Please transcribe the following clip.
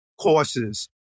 courses